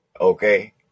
okay